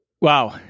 Wow